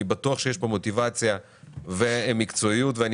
אני בטוח שיש כאן מוטיבציה ומקצועיות ואני